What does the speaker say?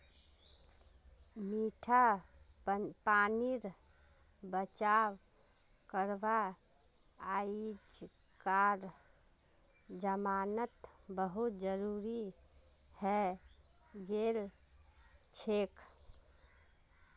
मीठा पानीर बचाव करवा अइजकार जमानात बहुत जरूरी हैं गेलछेक